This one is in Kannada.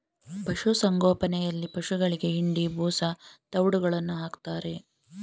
ಪಶುಸಂಗೋಪನೆಯಲ್ಲಿ ಪಶುಗಳಿಗೆ ಹಿಂಡಿ, ಬೂಸಾ, ತವ್ಡುಗಳನ್ನು ಹಾಕ್ತಾರೆ